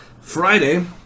Friday